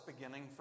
beginning